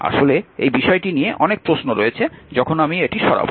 আসলে এই বিষয়টি নিয়ে অনেক প্রশ্ন রয়েছে যখন আমি এটি সরাব